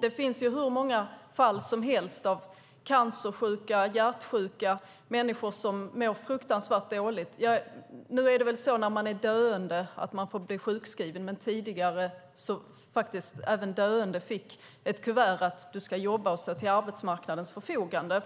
Det finns hur många fall som helst av cancersjuka och hjärtsjuka människor som mår fruktansvärt dåligt. Nu är det väl så att man får bli sjukskriven när man är döende. Men tidigare fick även döende ett kuvert med beskedet: Du ska jobba och stå till arbetsmarknadens förfogande.